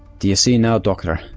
do you see now doctor?